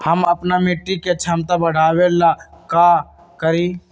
हम अपना मिट्टी के झमता बढ़ाबे ला का करी?